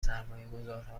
سرمایهگذارها